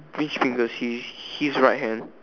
which figure he his right hand